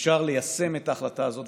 אפשר ליישם את ההחלטה הזאת,